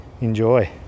Enjoy